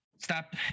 stop